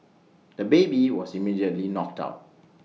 the baby was immediately knocked out